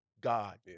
God